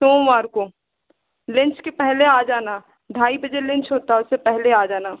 सोमवार को लंच के पहले आ जाना ढाई बजे लंच होता है उससे पहले आ जाना